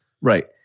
Right